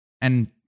And-